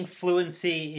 fluency